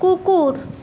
কুকুর